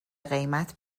قیمت